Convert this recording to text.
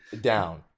down